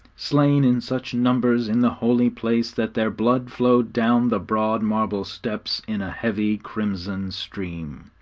slain in such numbers in the holy place that their blood flowed down the broad marble steps in a heavy crimson stream.